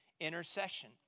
intercession